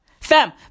Fam